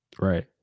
Right